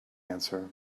answer